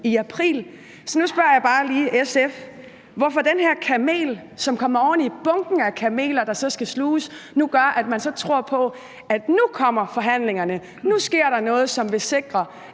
i april. Så nu spørger jeg bare lige SF: Hvorfor tror man på, at den her kamel, som kommer oven i bunken af kameler, der så skal sluges, gør, at der nu kommer forhandlinger, at der nu sker noget, som vil sikre,